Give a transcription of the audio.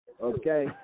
Okay